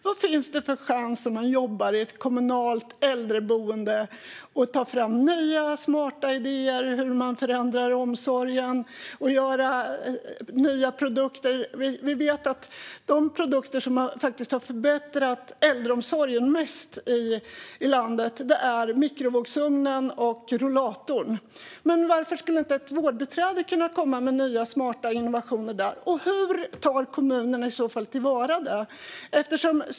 Vad finns det för chanser om man jobbar i ett kommunalt äldreboende och tar fram nya smarta idéer om hur man ska förändra omsorgen och skapa nya produkter? Vi vet att de produkter som har förbättrat äldreomsorgen mest i landet är mikrovågsugnen och rullatorn. Men varför skulle inte ett vårdbiträde kunna komma med nya smarta innovationer? Hur tar kommunerna i så fall till vara dem?